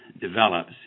develops